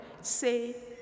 say